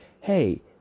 hey